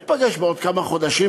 ניפגש בעוד כמה חודשים,